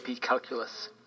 Calculus